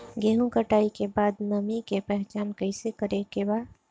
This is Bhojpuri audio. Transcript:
गेहूं कटाई के बाद नमी के पहचान कैसे करेके बा?